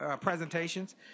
Presentations